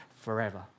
forever